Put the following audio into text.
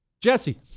Jesse